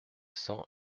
cents